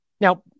Now